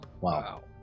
Wow